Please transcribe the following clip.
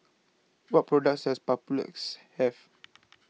What products Does Papulex Have